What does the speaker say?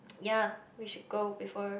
ya we should go before